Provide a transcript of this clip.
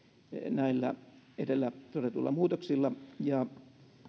näillä edellä todetuilla muutoksilla ja